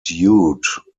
dude